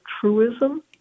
truism